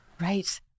Right